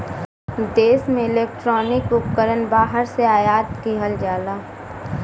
देश में इलेक्ट्रॉनिक उपकरण बाहर से आयात किहल जाला